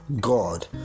God